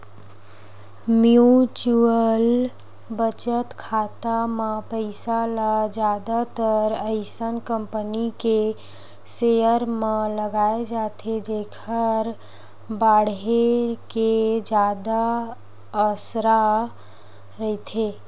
mutual बचत खाता म पइसा ल जादातर अइसन कंपनी के सेयर म लगाए जाथे जेखर बाड़हे के जादा असार रहिथे